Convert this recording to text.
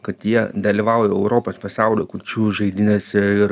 kad jie dalyvauja europos pasaulio kurčiųjų žaidynėse ir